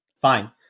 Fine